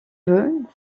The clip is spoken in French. veux